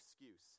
excuse